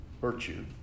virtue